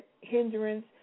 hindrance